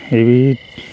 एह्